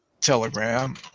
telegram